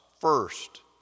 First